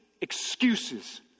excuses